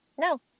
no